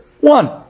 One